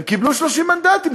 הם קיבלו 30 מנדטים,